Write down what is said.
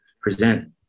present